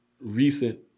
recent